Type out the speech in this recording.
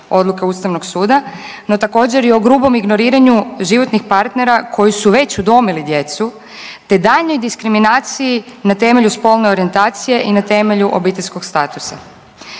odluke Ustavnog suda, no također i o grubom ignoriranju životnih partnera koji su već udomili djecu, te daljnjoj diskriminaciji na temelju spolne orijentacije i na temelju obiteljskog statusa.